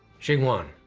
xinguang,